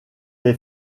les